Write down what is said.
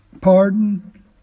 pardon